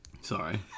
Sorry